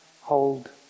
hold